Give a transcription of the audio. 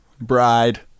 bride